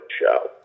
show